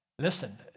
Listen